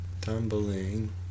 tumbling